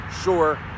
sure